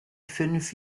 fünf